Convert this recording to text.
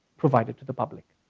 provided to the public,